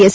S